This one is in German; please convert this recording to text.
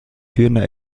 führender